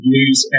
use